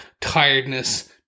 tiredness